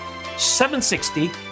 760